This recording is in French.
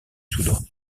soudan